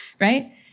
right